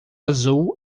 azul